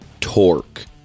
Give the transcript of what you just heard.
Torque